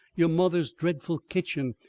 your mother's dreadful kitchen!